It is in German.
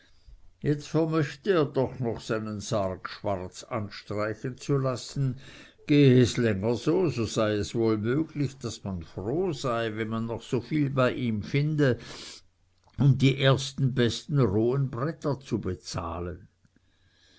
jetzt vermöchte er doch noch seinen sarg schwarz anstreichen zu lassen gehe es länger so sei es wohl möglich daß man froh sei wenn man noch so viel bei ihm finde um die ersten besten rohen bretter zu bezahlen